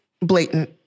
blatant